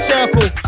Circle